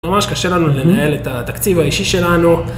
ממש קשה לנו לנהל את התקציב האישי שלנו.